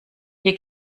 hier